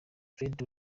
fred